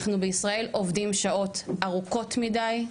אנחנו עובדים בישראל שעות ארוכות מידי,